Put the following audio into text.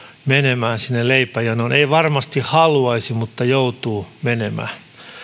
menemään sinne leipäjonoon ei varmasti haluaisi mutta joutuu menemään